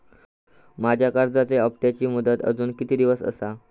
माझ्या कर्जाचा हप्ताची मुदत अजून किती दिवस असा?